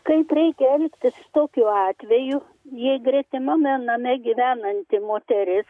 kaip reikia elgtis tokiu atveju jei gretimame name gyvenanti moteris